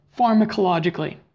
pharmacologically